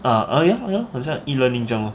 uh oh ya oh ya 好像 E learning 这样 lor